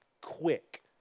quick